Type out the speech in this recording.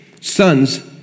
Sons